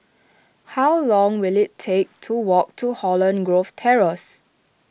how long will it take to walk to Holland Grove Terrace